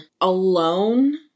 alone